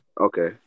Okay